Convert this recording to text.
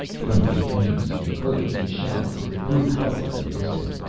from the entrance to the enclosure he shouted to the group huddled in the distance.